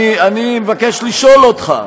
אני מבקש לשאול אותך,